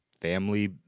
family